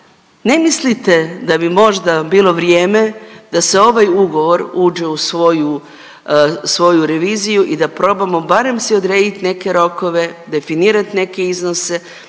ne mislite da bi možda bilo vrijeme da se ovaj ugovor uđe u svoju, svoju reviziju i da probamo barem si odrediti neke rokove, definirat neke iznose